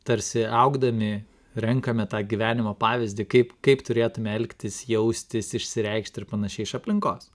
tarsi augdami renkame tą gyvenimo pavyzdį kaip kaip turėtume elgtis jaustis išsireikšti ir panašiai iš aplinkos